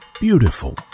beautiful